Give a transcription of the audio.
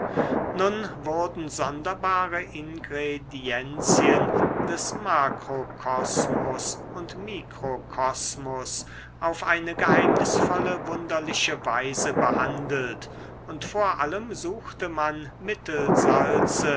nun wurden sonderbare ingredienzien des makrokosmus und mikrokosmus auf eine geheimnisvolle wunderliche weise behandelt und vor allem suchte man